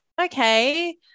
okay